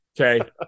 Okay